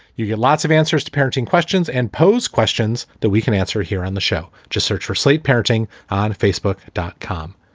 you get lots of answers to parenting questions and pose questions that we can answer here on the show. just search for sleep parenting on facebook dot com.